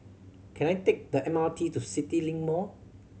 can I take the M R T to CityLink Mall